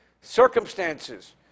circumstances